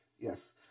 Yes